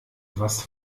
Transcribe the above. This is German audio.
was